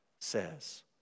says